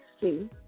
see